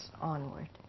onward